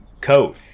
coat